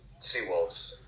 Seawolves